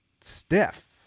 stiff